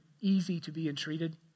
easy-to-be-entreated